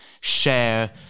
share